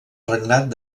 regnat